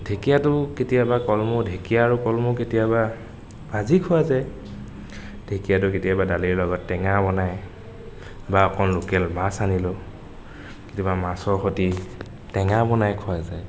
ঢেকীয়াটো কেতিয়াবা কলমৌ ঢেকীয়া আৰু কলমৌ কেতিয়াবা ভাজি খোৱা যায় ঢেকীয়াটো কেতিয়াবা দালিৰ লগত টেঙা বনাই বা অকণ লোকেল মাছ আনিলেও কেতিয়াবা মাছৰ সৈতি টেঙা বনাই খোৱা যায়